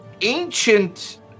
ancient